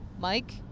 Mike